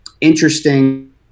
interesting